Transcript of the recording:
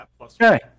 Okay